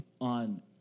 on